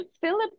Philip